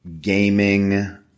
gaming